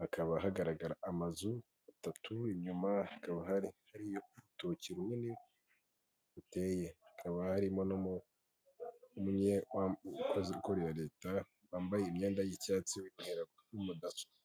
hakaba hagaragara amazu atatu, inyuma hakaba hariyo urutoki runini ruteye. Hakaba harimo n'umukozi ukorera leta wambaye imyenda y'icyatsi, uri kureba kuri mudasobwa.